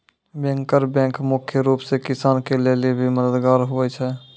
banker bank मुख्य रूप से किसान के लेली भी मददगार हुवै छै